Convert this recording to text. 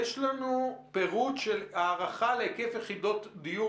יש לנו פירוט של הערכה להיקף יחידות דיור